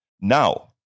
Now